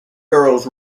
girls